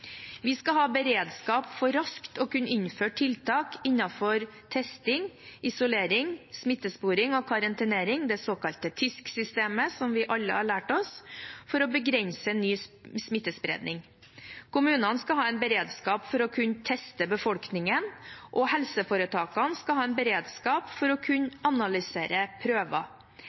Vi skal ha beredskap for raskt å kunne innføre tiltak innenfor testing, isolering, smittesporing og karantenering – det såkalte TISK-systemet, som vi alle har lært oss – for å begrense ny smittespredning. Kommunene skal ha en beredskap for å kunne teste befolkningen, og helseforetakene skal ha en beredskap for å kunne analysere prøver.